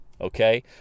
Okay